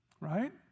Right